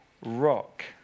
rock